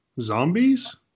Zombies